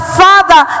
father